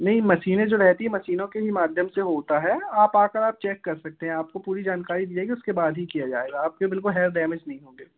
नहीं मशीनें जो रेहती हैं मशीनों कई माध्यम से वह होता है आप आकर आप चेक कर सकते हैं आपको पूरी जानकारी दी जाएगी उसके बाद ही किया जाएगा आपके बिलकुल हेयर डैमेज नहीं होंगे